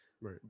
Right